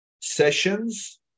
sessions